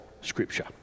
Scripture